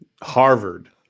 Harvard